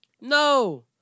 No